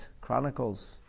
chronicles